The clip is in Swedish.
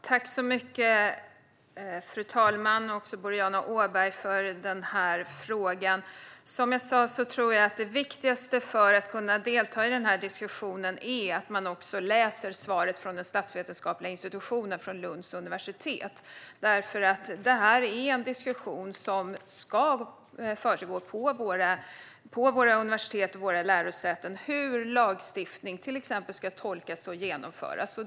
Fru talman! Tack för frågan, Boriana Åberg! Som jag sa tidigare tror jag att det viktigaste för att kunna delta i den här diskussionen är att man även läser svaret från Statsvetenskapliga institutionen vid Lunds universitet. Detta är nämligen en diskussion som ska försiggå på våra universitet och lärosäten. Hur ska till exempel lagstiftning tolkas och genomföras?